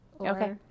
Okay